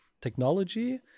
technology